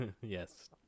Yes